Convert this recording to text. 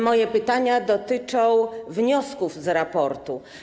Moje pytania dotyczą wniosków z raportu.